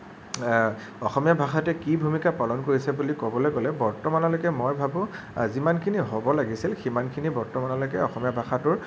অসমীয়া ভাষাটোৱে কি ভূমিকা পালন কৰিছে বুলি ক'বলৈ গ'লে বৰ্তমানলৈকে মই ভাবোঁ যিমানখিনি হ'ব লাগিছিলে সিমানখিনি বৰ্তমানলৈকে অসমীয়া ভাষাটোৰ